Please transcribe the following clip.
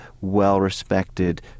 well-respected